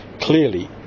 clearly